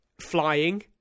flying